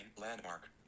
Landmark